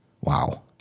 Wow